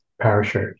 parachute